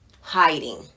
Hiding